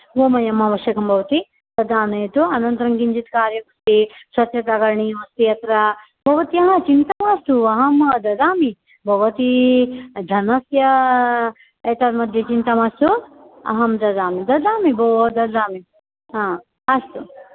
गोमयम् अवश्यकं भवति तदानयतु अनन्तरं किञ्चित् कार्यम् अस्ति स्वच्छता करणीयमस्ति अत्र भवत्याः चिन्ता मास्तु अहं ददामि भवती धनस्य एतन्मध्ये चिन्ता मास्तु अहं ददामि ददामि भोः ददामि हा अस्तु